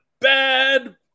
bad